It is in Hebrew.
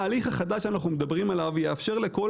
ההליך החדש שאנחנו מדברים עליו יאפשר לכל